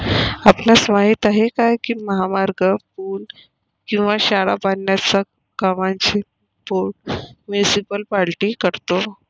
आपणास माहित आहे काय की महामार्ग, पूल किंवा शाळा बांधण्याच्या कामांचे बोंड मुनीसिपालिटी करतो?